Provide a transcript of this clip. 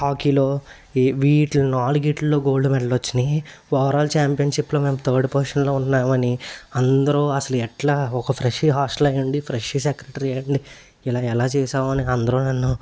హాకీలో ఈ వీటి నాలుగిటిలో గోల్డ్ మెడల్ వచ్చినవి ఓవరాల్ ఛాంపియన్షిప్లో మేము థర్డ్ పొజిషన్లో ఉన్నామని అందరూ అసలు ఎట్లా ఒక ఫ్రెషీ హాస్టల్ అయ్యుండి ఫ్రెషీ సెక్రటరీ అయ్యుండి ఇలాగ ఎలా చేసావని అందరూ నన్ను